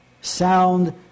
Sound